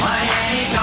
Miami